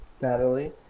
Natalie